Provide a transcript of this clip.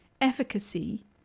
efficacy